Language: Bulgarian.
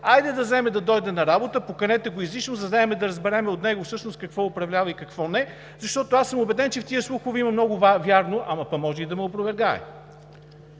Хайде да вземе да дойде на работа, поканете го изрично, за да вземем да разберем всъщност от него какво управлява и какво не, защото аз съм убеден, че в тези слухове има много вярно, но пък може и да ме опровергае.